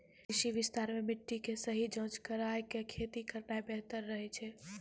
कृषि विस्तार मॅ मिट्टी के सही जांच कराय क खेती करना बेहतर रहै छै